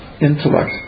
intellect